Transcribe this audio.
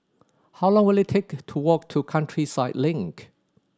how long will it take to walk to Countryside Link